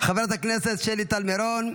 חברת הכנסת שלי טל מירון,